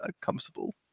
comfortable